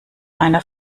einer